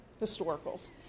historicals